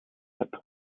heb